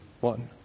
one